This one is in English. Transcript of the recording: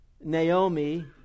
Naomi